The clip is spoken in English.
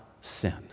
sin